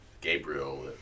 Gabriel